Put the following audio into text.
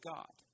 God